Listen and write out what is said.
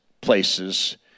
places